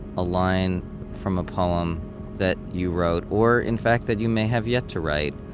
a line from a poem that you wrote or in fact that you may have yet to write,